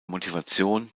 motivation